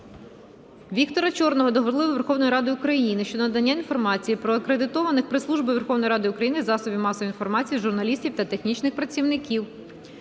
Віктора Чорного до Голови Верховної Ради України щодо надання інформації про акредитованих Прес-службою Верховної Ради України засобів масової інформації, журналістів та технічних працівників.